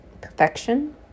perfection